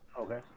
Okay